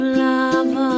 love